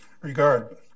regard